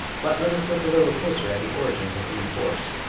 but let us look a little closer at the origins of inner force.